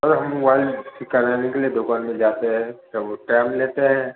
अगर हम मोबाइल ठीक कराने के लिए दुकान में जाते हैं तब वो टाएम लेते हैं